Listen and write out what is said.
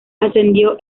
ascendió